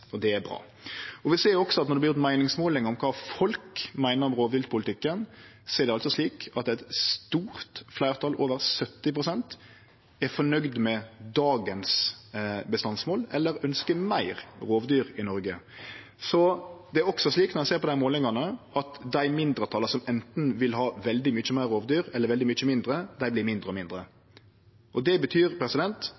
er bra. Vi ser også at når det vert halde meiningsmålingar om kva folk meiner om rovdyrpolitikken, er eit stort fleirtal, over 70 pst., fornøgd med dagens bestandsmål eller ønskjer meir rovdyr i Noreg. Det er også slik, når ein ser på dei målingane, at dei mindretala som enten vil ha veldig mange fleire rovdyr eller veldig mange færre, vert mindre og